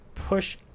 push